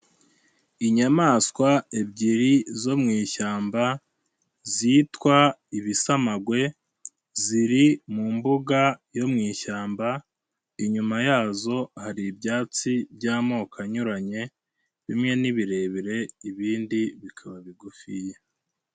Inyamaswa ebyiri zo mu ishyamba zitwa ibisamagwe ziri mu mbuga yo mu ishyamba, inyuma yazo hari ibyatsi by'amoko anyuranye, bimwe ni birebire ibindi bikaba bigufiya.